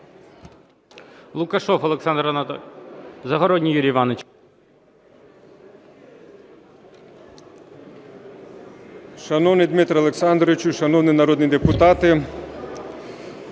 Шановний Дмитре Олександровичу, шановні народні депутати!